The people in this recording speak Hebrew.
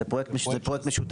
זה פרויקט משותף.